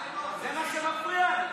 זה מה שמפריע?